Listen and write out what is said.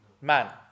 Man